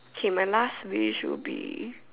okay my last wish will be